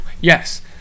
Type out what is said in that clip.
Yes